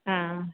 हा